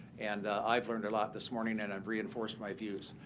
and i've learned a lot this morning, and i've reinforced my views.